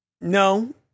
No